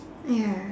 ya